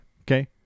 Okay